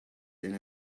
and